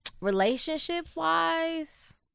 Relationship-wise